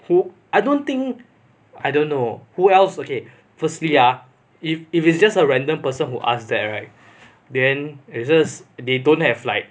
who I don't think I don't know who else okay firstly ah if if it's just a random person who asked that right then it's just they don't have like